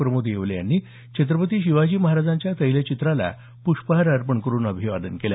प्रमोद येवले यांनी छत्रपती शिवाजी महाराजांच्या तैलचित्राला पुष्पहार अर्पण करुन अभिवादन केलं